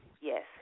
Yes